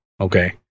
Okay